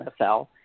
NFL